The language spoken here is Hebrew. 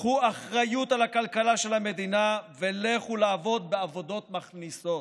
קחו אחריות על הכלכלה של המדינה ולכו לעבוד בעבודות מכניסות,